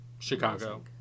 Chicago